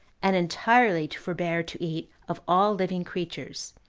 and entirely to forbear to eat of all living creatures.